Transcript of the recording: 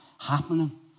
happening